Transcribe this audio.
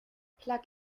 plug